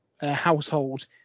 household